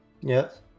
Yes